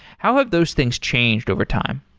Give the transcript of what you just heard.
how have those things changed over time?